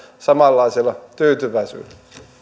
samanlaisella tyytyväisyydellä